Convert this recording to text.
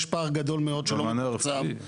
יש פער גדול מאוד שלא מתוקצב.